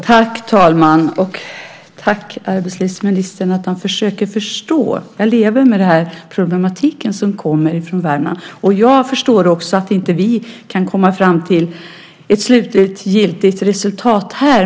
Herr talman! Jag vill tacka arbetslivsministern för att han försöker förstå. Jag som kommer från Värmland lever med den här problematiken. Också jag förstår att vi inte kan komma fram till ett slutgiltigt resultat här.